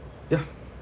ya